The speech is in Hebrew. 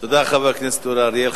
תודה, חבר הכנסת אורי אריאל.